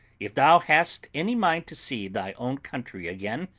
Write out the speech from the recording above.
if thou hast any mind to see thy own country again,